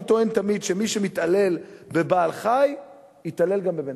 אני טוען תמיד שמי שמתעלל בבעל-חיים יתעלל גם בבן-אדם.